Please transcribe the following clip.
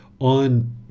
on